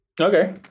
okay